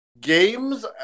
games